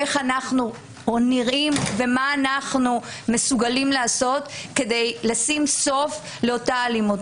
איך אנחנו נראים ומה אנחנו מסוגלים לעשות כדי לשים סוף לאותה אלימות.